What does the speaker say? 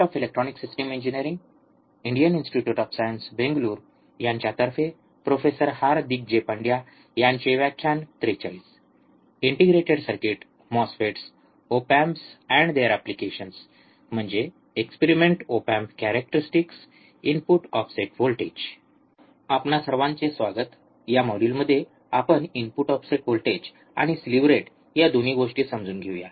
आपणा सर्वांचे स्वागत या मॉड्यूलमध्ये आपण इनपुट ऑफसेट व्होल्टेज आणि स्लीव रेट या दोन गोष्टी समजून घेऊया